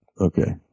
okay